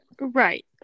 Right